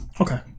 okay